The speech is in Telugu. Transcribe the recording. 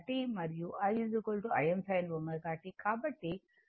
కాబట్టి దీన్ని గుణిస్తే అది Vm Im sin 2 ω t